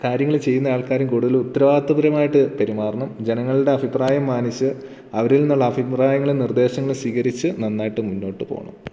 കാര്യങ്ങൾ ചെയ്യുന്നാൾക്കാരും കൂടുതൽ ഉത്തരവാദിത്വപരമായിട്ട് പെരുമാറണം ജനങ്ങളുടെ അഭിപ്രായം മാനിച്ച് അവരിൽ നിന്നുള്ള അഭിപ്രായങ്ങളും നിർദ്ദേശങ്ങളും സ്വീകരിച്ച് നന്നായിട്ട് മുന്നോട്ട് പോകണം